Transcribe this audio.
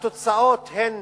התוצאות הן